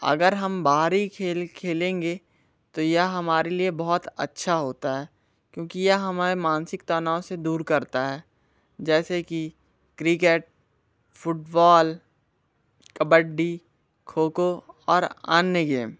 अगर हम बाहरी खेल खेलेंगे तो यह हमारे लिए बहुत अच्छा होता है क्योंकि यह हमारे मानसिक तनाव से दूर करता है जैसे कि क्रिकेट फ़ुटबॉल कबड्डी खोको और अन्य गेम